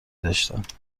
داشتند